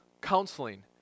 counseling